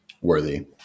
Worthy